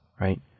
right